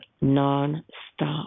non-stop